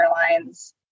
airlines